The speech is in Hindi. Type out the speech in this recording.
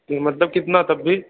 मतलब कितना तब भी